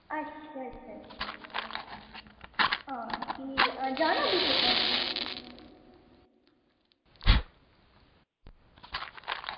अच्छा अच्छा अच्छा अच्छा हां ठीक ऐ हा जाना फ्ही तुसें